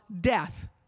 death